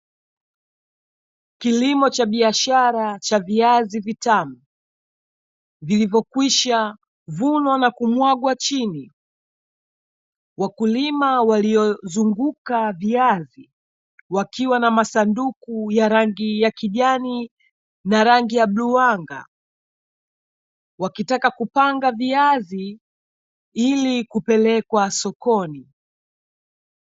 Kilimo cha biashara cha viazi vitamu , vilivyokwishavunwa na kumwagwa chini. Wakulima waliozunguka viazi, wakiwa na masanduku ya rangi ya kijani na rangi ya bluu anga, wakitaka kupanga viazi ili kupelekwa sokoni.